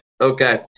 okay